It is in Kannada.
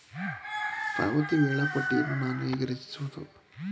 ಪಾವತಿ ವೇಳಾಪಟ್ಟಿಯನ್ನು ನಾನು ಹೇಗೆ ರಚಿಸುವುದು?